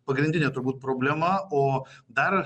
pagrindinė turbūt problema o dar